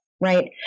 right